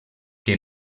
que